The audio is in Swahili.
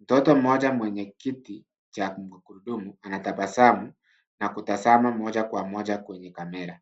Mtoto mmoja mwenye kiti cha magurudumu anatabasamu na kutazama moja kwa moja kwenye kamera.